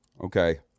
Okay